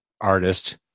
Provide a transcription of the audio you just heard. artist